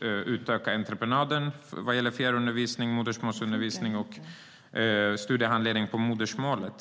utöka entreprenaden vad gäller fjärrundervisning, modersmålsundervisning och studiehandledning på modersmålet.